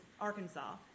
Arkansas